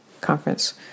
conference